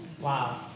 Wow